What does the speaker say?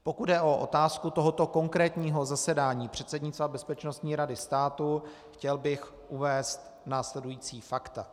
Pokud jde o otázku tohoto konkrétního zasedání předsednictva Bezpečnostní rady státu, chtěl bych uvést následující fakta.